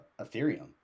Ethereum